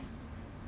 in olympics